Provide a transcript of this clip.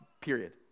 period